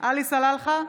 עלי סלאלחה,